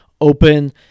open